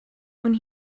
when